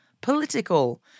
political